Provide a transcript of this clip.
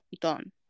done